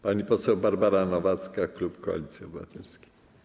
Pani poseł Barbara Nowacka, klub Koalicji Obywatelskiej.